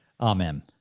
Amen